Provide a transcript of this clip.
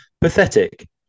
Pathetic